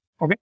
Okay